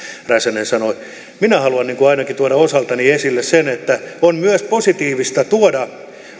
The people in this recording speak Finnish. räsänen sanoi minä haluan ainakin tuoda osaltani esille sen että on myös positiivista tuoda